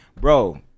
bro